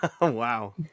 wow